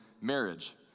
marriage